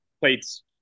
plate's